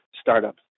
startups